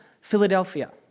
Philadelphia